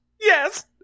Yes